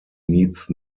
needs